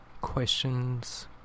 questions